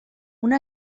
una